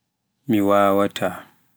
mi wawaata.